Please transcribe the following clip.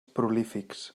prolífics